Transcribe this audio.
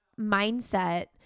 mindset